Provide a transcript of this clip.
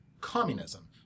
communism